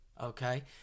Okay